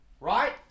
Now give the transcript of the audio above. Right